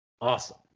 awesome